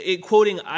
quoting